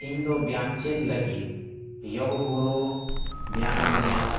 ᱤᱧ ᱫᱚ ᱵᱮᱭᱟᱢ ᱪᱮᱫ ᱞᱟᱹᱜᱤᱫ ᱭᱳᱜᱽ ᱜᱩᱨᱩ ᱵᱮᱭᱟᱢᱤᱧ ᱧᱮᱞᱟ